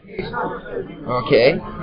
Okay